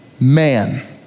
man